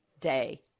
day